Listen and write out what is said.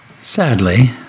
Sadly